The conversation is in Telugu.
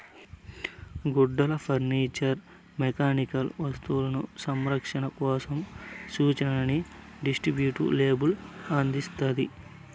గుడ్డలు ఫర్నిచర్ మెకానికల్ వస్తువులు సంరక్షణ కోసం సూచనలని డిస్క్రిప్టివ్ లేబుల్ అందిస్తాండాది